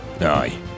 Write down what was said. Aye